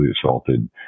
assaulted